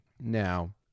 Now